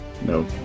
No